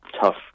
tough